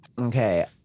Okay